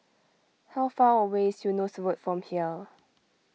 how far away is Eunos Road from here